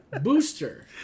Booster